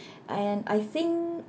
and I think